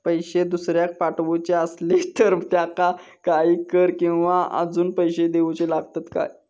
पैशे दुसऱ्याक पाठवूचे आसले तर त्याका काही कर किवा अजून पैशे देऊचे लागतत काय?